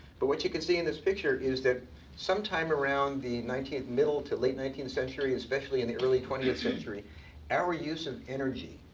but what you can see in this picture is that sometime around the middle to late nineteenth century especially in the early twentieth century our use of energy,